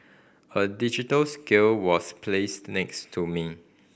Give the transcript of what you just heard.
a digital scale was placed next to me